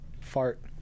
Fart